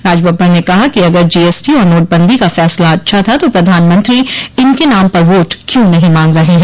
राज बब्बर ने कहा कि अगर जीएसटी और नोटबंदी का फैसला अच्छा था तो प्रधानमंत्री इनके नाम पर वोट क्यों नहीं मांग रहे हैं